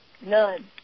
none